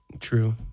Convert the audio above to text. True